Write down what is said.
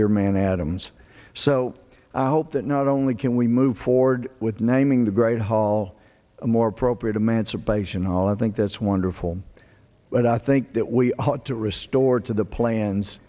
dear man adams so i hope that not only can we move forward with naming the great hall a more appropriate emancipation hall and think that's wonderful but i think that we ought to restore to the plans